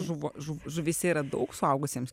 žuvų žuv žuvyse yra daug suaugusiems